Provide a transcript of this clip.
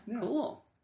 cool